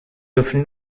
dürfen